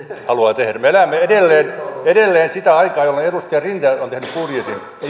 haluaa tehdä me elämme edelleen edelleen sitä aikaa jolloin edustaja rinne on tehnyt budjetin ei